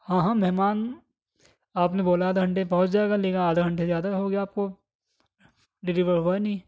ہاں ہاں مہمان آپ نے بولا آدھا گھنٹے میں پہنچ جائے گا لیکن آدھا گھنٹہ سے زیادہ ہو گیا آپ کو ڈلیور ہوا نہیں